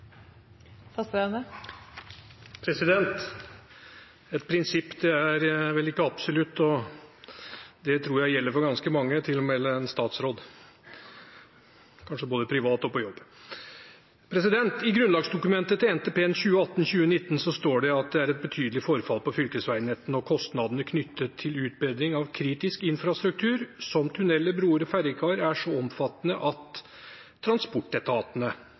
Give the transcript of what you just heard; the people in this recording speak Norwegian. replikkordskifte. Et prinsipp er vel ikke absolutt, og det tror jeg gjelder for ganske mange, til og med en statsråd, kanskje både privat og på jobb. I grunnlagsdokumentet til NTP for 2018–2029 står det: «Det er et betydelig forfall på fylkesvegnettet. Kostnaden knyttet til utbedring av kritisk infrastruktur som tunneler, bruer og ferjekaier er så omfattende at transportetatene